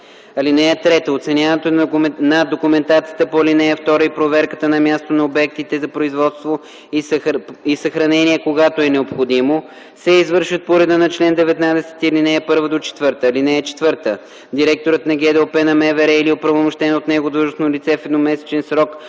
12. (3) Оценяването на документацията по ал. 2 и проверката на място на обектите за производство и съхранение, когато е необходимо, се извършват по реда на чл. 19, ал. 1 – 4. (4) Директорът на ГДОП на МВР или оправомощено от него длъжностно лице в едномесечен срок